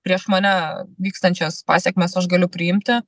prieš mane vykstančias pasekmes aš galiu priimti